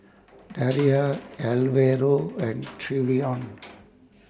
Daria Alvaro and Trevion